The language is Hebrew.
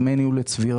דמי ניהול לצבירה.